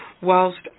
whilst